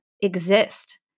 exist